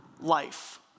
life